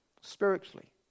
spiritually